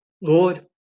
Lord